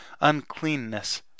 uncleanness